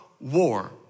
war